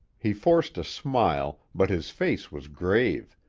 he forced a smile, but his face was grave,